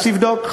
אז תבדוק.